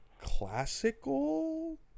classical